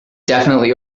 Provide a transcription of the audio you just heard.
definitely